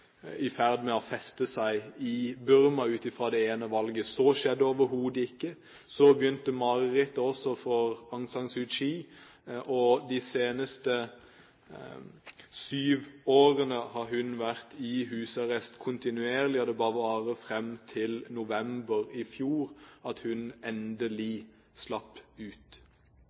i ferd med å feste seg i Burma, ut fra det ene valget. Så skjedde overhodet ikke. Så begynte også marerittet for Aung San Suu Kyi. De siste sju årene har hun vært i husarrest kontinuerlig. Dette varte fram til november i fjor, da hun endelig slapp ut.